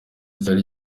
cyari